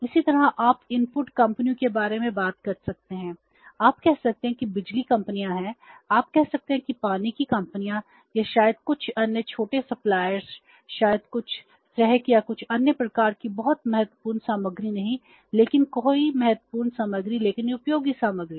यह spontaneous finance शायद कुछ स्नेहक या कुछ अन्य प्रकार की बहुत महत्वपूर्ण सामग्री नहीं लेकिन कोई महत्वपूर्ण सामग्री लेकिन उपयोगी सामग्री